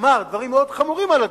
אמר דברים מאוד חמורים על הדוח: